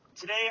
Today